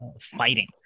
fighting